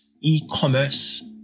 e-commerce